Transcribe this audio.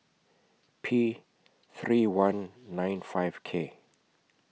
P three I nine five K